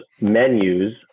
menus